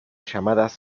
llamadas